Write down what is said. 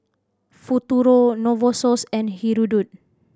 Futuro Novosource and Hirudoid